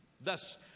Thus